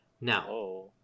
Now